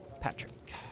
Patrick